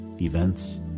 events